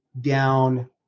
down